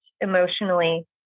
emotionally